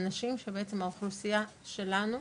האנשים שבעצם האוכלוסייה שלנו,